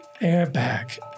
airbag